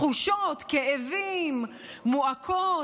כאבים, מועקות,